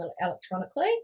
electronically